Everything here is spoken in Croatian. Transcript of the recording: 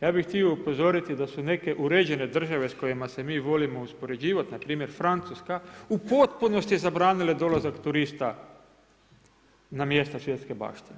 Ja bih htio upozoriti da su neke uređene države s kojima se mi volimo uspoređivati npr. Francuska u potpunosti zabranile dolazak turista na mjesto svjetske baštine.